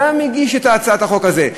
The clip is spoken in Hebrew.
גם הגיש את הצעת החוק הזאת,